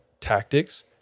tactics